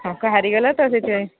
ହଁ କ'ଣ ହାରିଗଲା ତ ସେଥିପାଇଁ